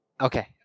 Okay